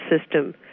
system